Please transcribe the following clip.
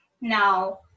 now